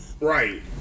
Right